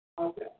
Okay